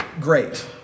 great